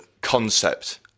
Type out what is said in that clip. concept